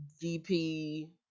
VP